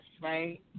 right